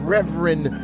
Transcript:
Reverend